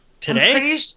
today